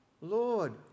Lord